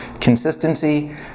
Consistency